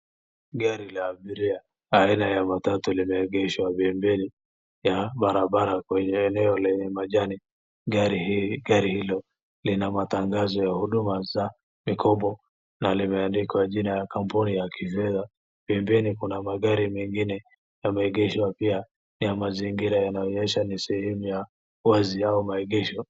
Gari la abiria aina ya matatu limeegeshwa pembeni ya, barabara kwenye eneo lenye majani. Gari hii, gari hilo lina matangazo ya huduma za mikopo na limeandikwa jina ya kampuni ya kifedha. Pembeni kuna magari mengine yameegeshwa pia, ya mazingira inaonyesha ni sehemu ya wazi au maegesho.